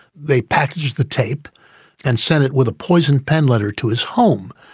they packaged the tape and sent it with a poison pen letter to his home,